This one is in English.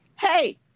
Hey